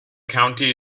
county